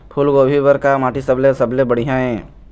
फूलगोभी बर का माटी सबले सबले बढ़िया ये?